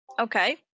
Okay